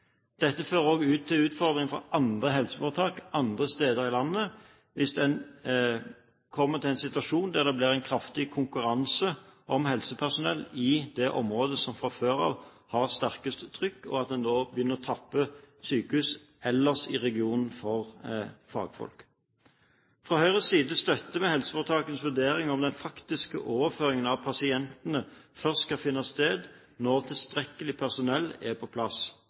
fører også til utfordringer for andre helseforetak andre steder i landet hvis en kommer i en situasjon der det blir kraftig konkurranse om helsepersonell i det området som fra før av har sterkest trykk, og en da begynner å tappe sykehus ellers i regionen for fagfolk. Fra Høyres side støtter vi helseforetakenes vurdering om at den praktiske overføringen av pasientene først skal finne sted når tilstrekkelig personell er på plass.